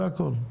זה הכל,